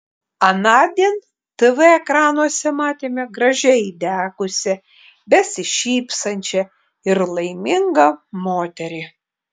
anądien tv ekranuose matėme gražiai įdegusią besišypsančią ir laimingą moterį